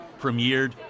premiered